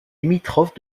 limitrophe